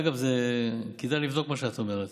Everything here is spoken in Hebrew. אגב, כדאי לבדוק מה שאת אומרת.